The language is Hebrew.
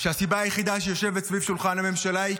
-- שהסיבה היחידה שיושבת סביב שולחן הממשלה היא